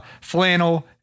flannel